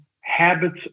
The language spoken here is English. habits